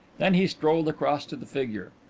then he strolled across to the figure.